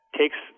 takes